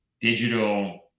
digital